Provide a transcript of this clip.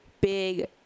big